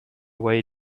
way